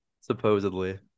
Supposedly